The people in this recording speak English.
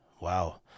Wow